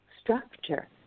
structure